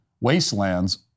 wastelands